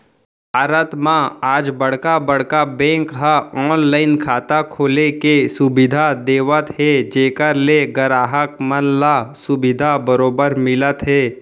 भारत म आज बड़का बड़का बेंक ह ऑनलाइन खाता खोले के सुबिधा देवत हे जेखर ले गराहक मन ल सुबिधा बरोबर मिलत हे